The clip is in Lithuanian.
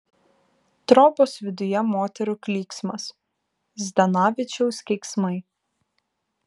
trobos viduje moterų klyksmas zdanavičiaus keiksmai